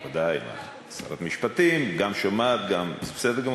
בוודאי, שרת משפטים, גם שומעת, גם, זה בסדר גמור.